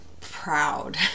proud